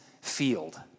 field